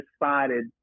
decided